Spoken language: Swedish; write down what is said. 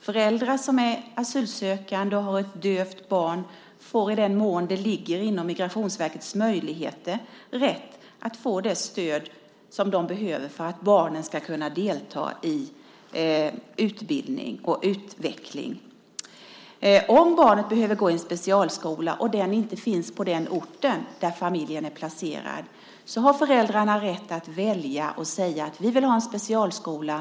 Föräldrar som är asylsökande och har ett dövt barn får i den mån det ligger inom Migrationsverkets möjligheter rätt att få det stöd som de behöver för att barnen ska kunna delta i utbildning och utveckling. Om barnet behöver gå i en specialskola och den inte finns på den ort där familjen är placerad har föräldrarna rätt att välja och säga: Vi vill ha en specialskola.